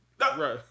Right